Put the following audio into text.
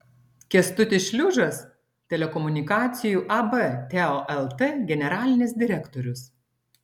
kęstutis šliužas telekomunikacijų ab teo lt generalinis direktorius